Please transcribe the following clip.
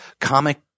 comic